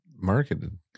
Marketed